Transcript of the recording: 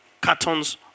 cartons